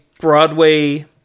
Broadway